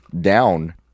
down